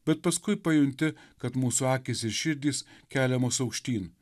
bet paskui pajunti kad mūsų akys ir širdys keliamos aukštyn